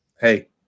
Hey